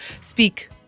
speak